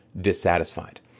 dissatisfied